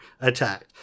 attacked